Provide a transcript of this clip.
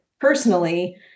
personally